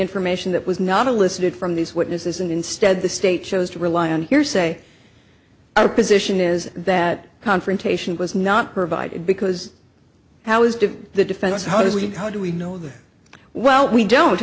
information that was not a listed from these witnesses and instead the state chose to rely on hearsay our position is that confrontation was not provided because how is did the defense how do we how do we know that well we don't